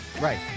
Right